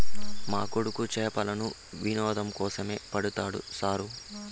మా కొడుకు చేపలను వినోదం కోసమే పడతాడు సారూ